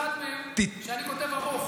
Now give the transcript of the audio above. אחד מהם הוא שאני כותב ארוך.